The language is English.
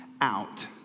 Out